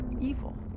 evil